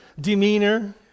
demeanor